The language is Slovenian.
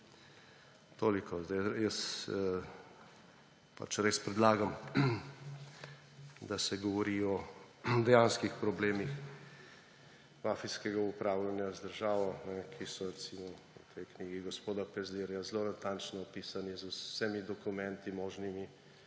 Toliko. Jaz res predlagam, da se govori o dejanskih problemih mafijskega upravljanja z državo, ki so, recimo, v tej knjigi gospoda Pezdirja zelo natančno opisani z vsemi možnimi